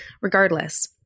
Regardless